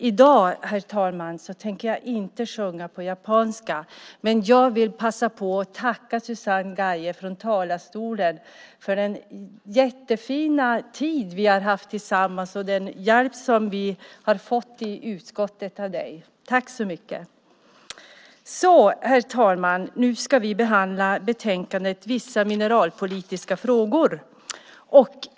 I dag, herr talman, tänker jag inte sjunga på japanska, men jag vill passa på att tacka Susanne Gaje från talarstolen för den jättefina tid vi har haft tillsammans och den hjälp som vi i utskottet har fått av henne. Tack så mycket! Herr talman! Nu ska vi behandla betänkandet Vissa mineralpolitiska frågor .